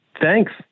Thanks